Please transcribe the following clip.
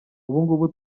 ubungubu